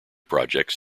projects